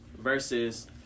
versus